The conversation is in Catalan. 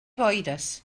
boires